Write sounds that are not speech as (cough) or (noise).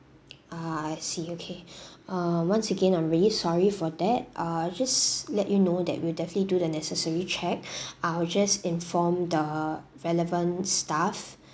ah I see okay (breath) um once again I'm really sorry for that uh just let you know that we'll definitely do the necessary check (breath) I will just inform the relevant staff